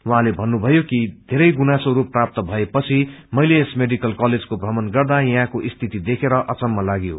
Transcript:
उहाँले भन्नुभ्जयो कि धेरै गुनासोहरू प्राप्त भएपछि मैले यस मेडिकल कलेजको भगमण गर्दा यहाँको स्थित देखेर अचम्भ लाग्यो